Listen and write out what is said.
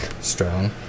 strong